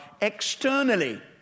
externally